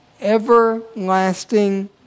everlasting